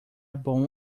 bom